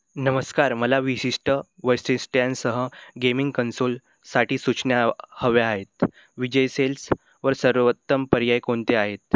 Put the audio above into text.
नमस्कार मला विशिष्ट वैशिष्ट्यांसह गेमिंग कन्सोलसाठी सूचना हव्या आहेत विजय सेल्सवर सर्वोत्तम पर्याय कोणते आहेत